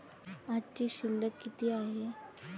आजची शिल्लक किती आहे?